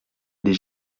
des